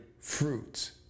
fruits